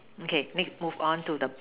okay next move on to the